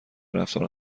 رفتار